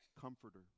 comforter